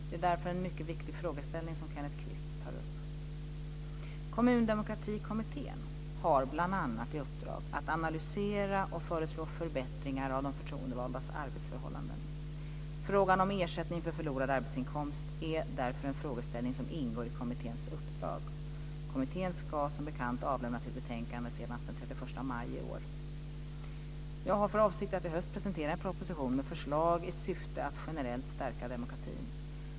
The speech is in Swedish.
Det är därför en mycket viktig frågeställning som Kenneth Kvist tar upp. Kommundemokratikommittén har bl.a. i uppdrag att analysera och föreslå förbättringar av de förtroendevaldas arbetsförhållanden. Frågan om ersättning för förlorad arbetsinkomst är därför en frågeställning som ingår i kommitténs uppdrag. Kommittén ska som bekant avlämna sitt betänkande senast den 31 maj i år. Jag har för avsikt att i höst presentera en proposition med förslag i syfte att generellt stärka demokratin.